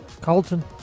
Colton